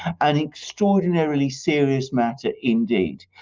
and extraordinarily serious matter indeed.